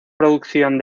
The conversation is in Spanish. producción